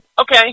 Okay